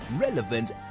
relevant